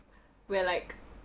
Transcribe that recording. where like